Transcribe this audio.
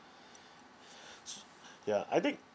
ya I think